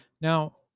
Now